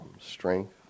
strength